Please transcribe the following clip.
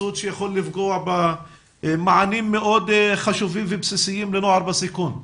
קיצוץ שיכול לפגוע במענים מאוד חשובים ובסיסיים לנוער בסיכון.